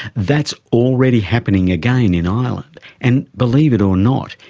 that's already happening again in ireland and, believe it or not,